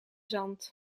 zand